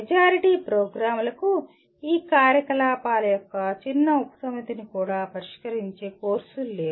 majority ప్రోగ్రామ్లకు ఈ కార్యకలాపాల యొక్క చిన్న ఉపసమితిని కూడా పరిష్కరించే కోర్సులు లేవు